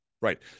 right